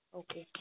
okay